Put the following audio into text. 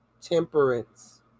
temperance